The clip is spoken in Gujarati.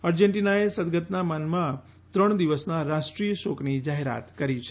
અર્જેન્ટીનાએ સદગતના માનમાં ત્રણ દિવસના રાષ્ટ્રીય શોકની જાહેરાત કરી છે